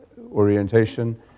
orientation